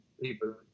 people